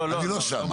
אני לא שם.